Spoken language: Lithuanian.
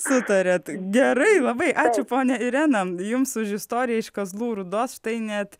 sutariat gerai labai ačiū ponia irena jums už istoriją iš kazlų rūdos štai net